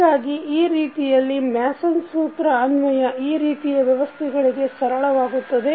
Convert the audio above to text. ಹೀಗಾಗಿ ಈ ರೀತಿಯಲ್ಲಿ ಮ್ಯಾಸನ್ ಸೂತ್ರ Mason's rule ಅನ್ವಯ ಈ ರೀತಿಯ ವ್ಯವಸ್ಥೆಗಳಿಗೆ ಸರಳವಾಗುತ್ತದೆ